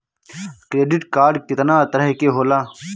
Credit card कितना तरह के होला?